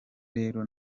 rero